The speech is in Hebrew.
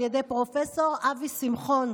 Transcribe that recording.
על ידי פרופ' אבי שמחון,